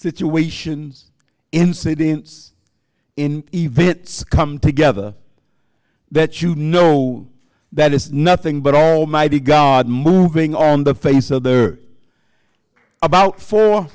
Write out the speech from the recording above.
situations incidence in events come together that you know that is nothing but almighty god moving on the face of the about fo